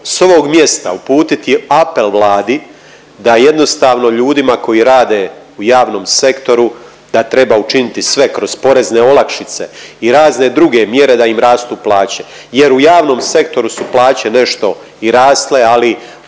ovog mjesta uputiti apel Vladi da jednostavno ljudima koji rade u javnom sektoru, da treba učiniti sve kroz porezne olakšice i razne druge mjere da im rastu plaće. Jer u javnom sektoru su plaće nešto i rasle ali